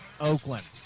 Oakland